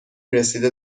رسیده